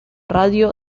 radio